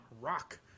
rock